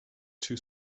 too